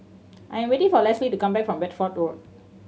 I am waiting for Lesli to come back from Bedford Road